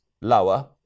lower